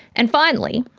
and finally,